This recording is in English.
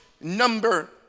number